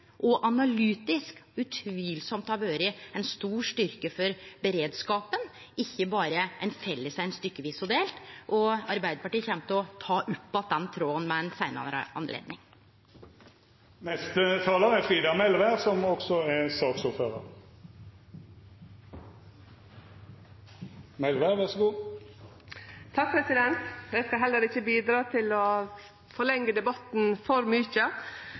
og analytisk ville utvilsamt ha vore ein stor styrke for beredskapen, ei felles vurdering som ikkje berre er stykkevis og delt. Arbeidarpartiet kjem til å ta opp att den tråden ved eit seinare høve. Eg skal heller ikkje bidra til å forlenge debatten for mykje. Det har vore ein spennande debatt, og eg